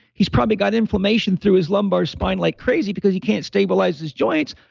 he's probably got inflammation through his lumbar spine, like crazy because you can't stabilize his joints.